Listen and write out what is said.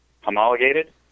homologated